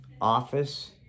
office